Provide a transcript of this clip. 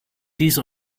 dies